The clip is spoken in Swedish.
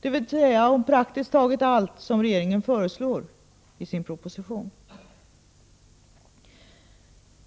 dvs. om praktiskt taget allt som regeringen föreslår i sin proposition.